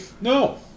No